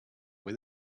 with